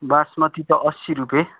बासमति त अस्सी रुपियाँ